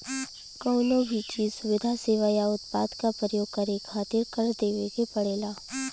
कउनो भी चीज, सुविधा, सेवा या उत्पाद क परयोग करे खातिर कर देवे के पड़ेला